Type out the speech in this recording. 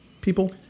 people